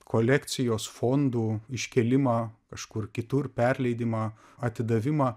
kolekcijos fondų iškėlimą kažkur kitur perleidimą atidavimą